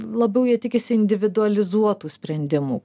labiau jie tikisi individualizuotų sprendimų